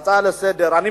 להצעה לסדר-היום,